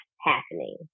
happening